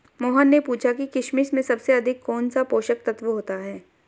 मोहन ने पूछा कि किशमिश में सबसे अधिक कौन सा पोषक तत्व होता है?